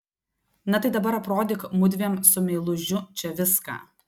na tai dabar aprodyk mudviem su meilužiu čia viską